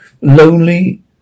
lonely